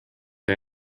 see